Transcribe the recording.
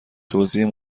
توزیع